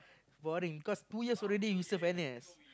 boring because two years already you serve N_S